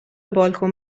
بالکن